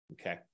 okay